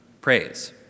praise